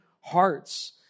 hearts